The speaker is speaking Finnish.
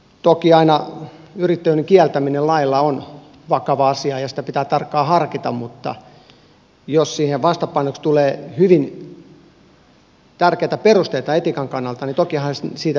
toki aina yrittäjyyden kieltäminen lailla on vakava asia ja sitä pitää tarkkaan harkita mutta jos siihen vastapainoksi tulee hyvin tärkeitä perusteita etiikan kannalta niin tokihan siitä pitää keskustella